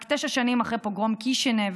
רק תשע שנים אחרי פוגרום קישינב,